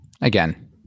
again